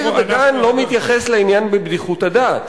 מאיר דגן לא מתייחס לעניין בבדיחות הדעת.